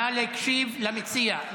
נא להקשיב למציע.